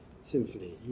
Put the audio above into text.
Symphony